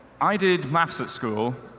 i did maps at school,